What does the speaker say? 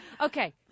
Okay